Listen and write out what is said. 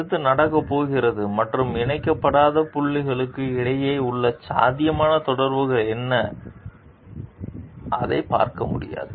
அடுத்து நடக்கப் போகிறது மற்றும் இணைக்கப்படாத புள்ளிகளுக்கு இடையே உள்ள சாத்தியமான தொடர்புகள் என்ன அதைப் பார்க்க முடியாது